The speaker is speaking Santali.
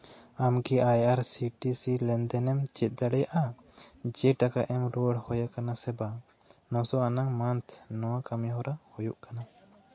ᱟᱢ ᱠᱤ I R C T C ᱞᱮᱱᱫᱮᱱᱮᱢ ᱪᱮᱫ ᱫᱟᱲᱮᱭᱟᱜᱼᱟ ᱡᱮ ᱴᱟᱠᱟ ᱮᱢ ᱨᱩᱭᱟᱹᱲ ᱦᱩᱭ ᱟᱠᱟᱱᱟ ᱥᱮ ᱵᱟᱝ ᱱᱚᱥᱚ ᱟᱱᱟᱝ ᱢᱟᱱᱛᱷ ᱱᱚᱣᱟ ᱠᱟᱹᱢᱤ ᱦᱚᱨᱟ ᱦᱩᱭᱩᱜ ᱠᱟᱱᱟ